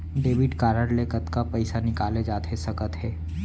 Debit card ले कतका पइसा निकाले जाथे सकत हे?